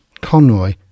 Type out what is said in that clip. Conroy